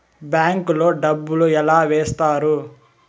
bank లో డబ్బులు ఎలా వేస్తారు